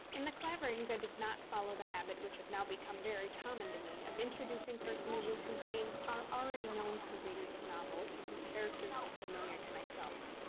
in the claverings i did not follow the habit which had now become very common to me, of introducing personages whose names are already known to the readers of novels, and whose characters were familiar to myself.